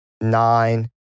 nine